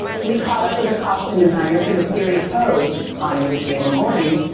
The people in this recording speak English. we caught up with the costume designer for the series pose, analucia mcgorty,